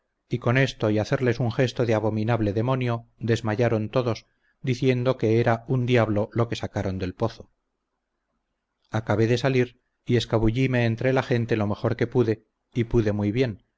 y con esto y hacerles un gesto de abominable demonio desmayaron todos diciendo que era un diablo lo que sacaron del pozo acabé de salir y escabullime entre la gente lo mejor que pude y pude muy bien